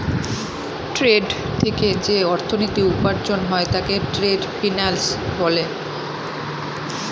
trade থেকে যে অর্থনীতি উপার্জন হয় তাকে ট্রেড ফিন্যান্স বলে